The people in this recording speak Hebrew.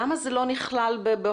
למה זה לא נכלל בהוראות?